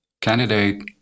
candidate